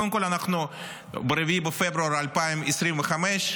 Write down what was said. קודם כול, אנחנו ב-4 בפברואר 2025,